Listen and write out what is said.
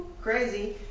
crazy